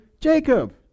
Jacob